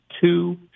two